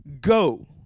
go